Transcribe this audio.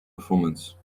performance